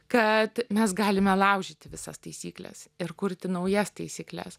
kad mes galime laužyti visas taisykles ir kurti naujas taisykles